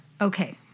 Okay